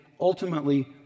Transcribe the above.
ultimately